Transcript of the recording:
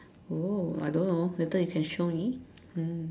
oh I don't know later you can show me mm